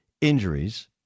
injuries